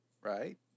Right